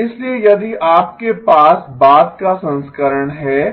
इसलिए यदि आपके पास बाद का संस्करण है